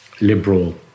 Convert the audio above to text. liberal